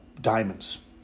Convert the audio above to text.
diamonds